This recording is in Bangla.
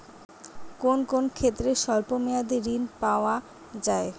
কোন কোন ক্ষেত্রে স্বল্প মেয়াদি ঋণ পাওয়া যায়?